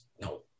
no